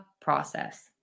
process